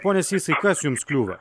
pone sysai kas jums kliūva